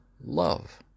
love